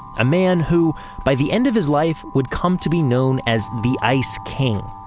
a man who by the end of his life would come to be known as the ice king.